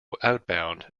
outbound